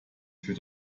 für